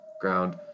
Ground